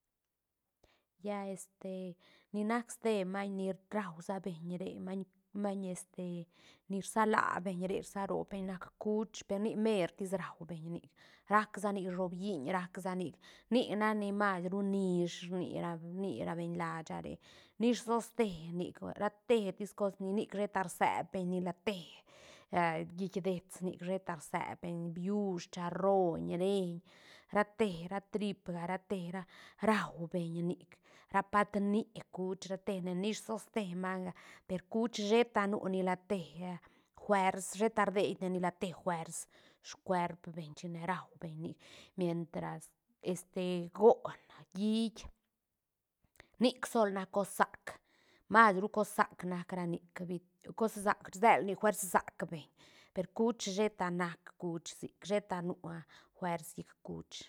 Lla este ni nac ste maiñ ni rausa beñ re maiñ maiñ este ni rsala beñ re sarobeñ nac kuch per nic mertis raubeñ nic rac sanic shobiiñ rac sa nic nic nac ni mais ru nish rnira- rnirabeñ lasha re nish toste nic ratetis cos ni- nic sheta rsebeñ ni la te git deets nic sheta rsebeñ biush, charroiñ, reiñ, rate ra tripga rate ra rau beñ nic ra patni kuch ra tene nish toste manga per kuch sheta nu nila te fuers sheta rdeine ni la te fuers scuerp beñ chine raubeñ nic mientras este goon hiit nic sol nac cos sac masru cos sac nac ra nic vit- cos sac rselnic fuers sac beñ per kuch sheta nac kuch sic sheta nua fuers llic kuch.